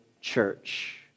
church